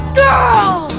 girl